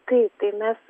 taip tai mes